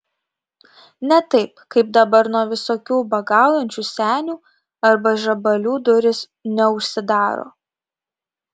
ne taip kaip dabar nuo visokių ubagaujančių senių arba žabalių durys neužsidaro